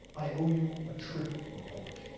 i owe you a trip report.